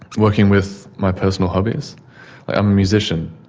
working with my personal hobbies, i'm a musician,